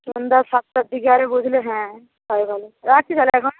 সন্ধ্যা সাতটার দিকে আরে বসলে হ্যাঁ রাখছি তাহলে এখন